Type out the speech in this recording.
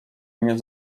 nie